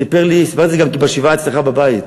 סיפרתי את זה גם ב"שבעה" אצלך בבית.